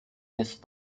jest